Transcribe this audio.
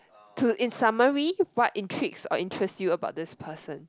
to in summary what intrigue or interest you about this person